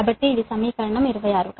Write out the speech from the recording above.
కాబట్టి ఇది సమీకరణం 26